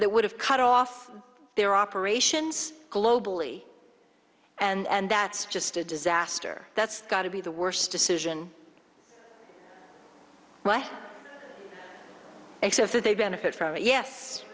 that would have cut off their operations globally and that's just a disaster that's got to be the worst decision except that they benefit from it yes